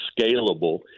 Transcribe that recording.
scalable